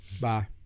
Bye